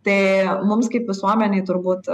tai mums kaip visuomenei turbūt